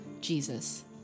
Jesus